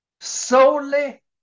solely